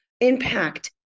impact